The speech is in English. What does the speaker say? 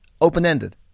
open-ended